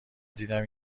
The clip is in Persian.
دیدم